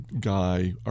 guy